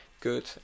good